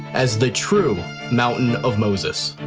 as the true mountain of moses.